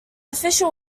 official